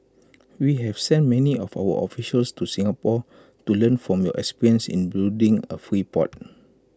we have sent many of our officials to Singapore to learn from your experience in building A free port